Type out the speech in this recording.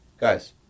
guys